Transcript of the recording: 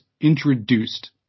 introduced